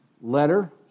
letter